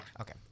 Okay